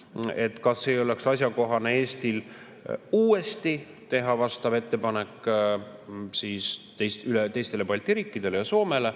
–, kas ei oleks asjakohane Eestil uuesti teha vastav ettepanek teistele Balti riikidele ja Soomele